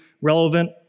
relevant